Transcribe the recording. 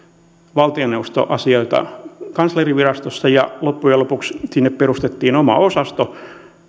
valtioneuvostoasioita kanslerinvirastossa ja loppujen lopuksi sinne perustettiin oma osasto